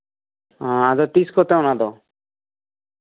ᱟᱫᱚ ᱛᱤᱥ ᱠᱚᱛᱮ ᱚᱱᱟᱫᱚ